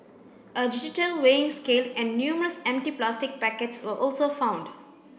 a digital weighing scale and numerous empty plastic packets were also found